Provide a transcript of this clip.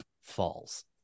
falls